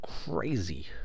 crazy